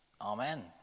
Amen